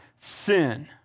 sin